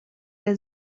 der